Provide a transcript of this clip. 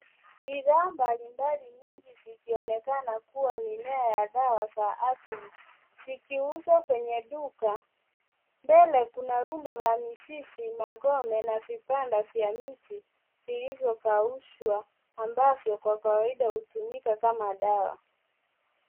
Bidhaa mbalimbali nyingi zikionekana kuwa mimea ya dawa za asili zikiuzwa kwenye duka. Mbele kuna rundo la mizizi, magome na vipande vya miti vilivyokaushwa ambavyo kwa kawaida hutumika kama dawa.